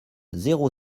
zéro